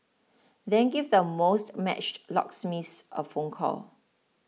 then give the most matched locksmiths a phone call